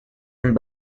and